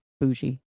bougie